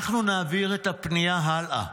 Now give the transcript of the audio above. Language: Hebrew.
אנחנו נעביר את הפנייה הלאה.